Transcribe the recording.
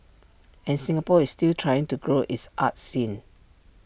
and Singapore is still trying to grow its arts scene